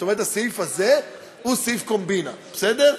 הסעיף הזה הוא סעיף קומבינה, בסדר?